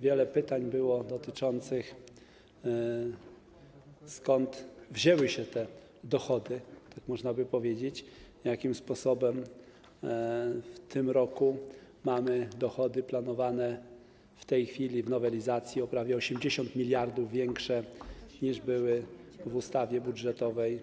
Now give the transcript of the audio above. Wiele było pytań dotyczących tego, skąd wzięły się te dochody, można by powiedzieć, jakim sposobem w tym roku mamy dochody planowane w tej chwili w nowelizacji o prawie 80 mld większe, niż były w ustawie budżetowej